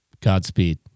Godspeed